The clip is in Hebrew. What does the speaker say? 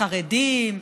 חרדים,